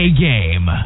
A-game